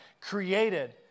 created